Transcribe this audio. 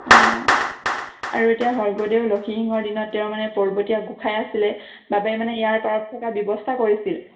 অঁ আৰু এতিয়া স্বৰ্গদেউ লক্ষ্মীসিংহৰ দিনত তেওঁৰ মানে পৰ্বতীয়া গোঁসাই আছিলে বাবেই মানে ইয়াৰ পাৰত থকা ব্যৱস্থা কৰিছিল